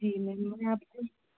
जी ma'am मुझे आपको